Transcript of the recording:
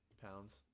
Pounds